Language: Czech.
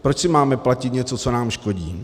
Proč si máme platit něco, co nám škodí?